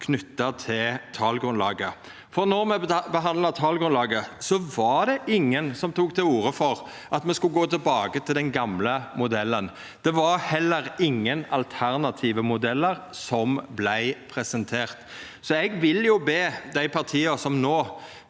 knytte til talgrunnlaget. Då me behandla talgrunnlaget, var det ingen som tok til orde for at me skulle gå tilbake til den gamle modellen. Det var heller ingen alternative modellar som vart presenterte. Eg vil be dei partia som nå